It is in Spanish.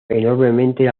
enormemente